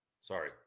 Sorry